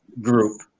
group